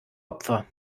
opfer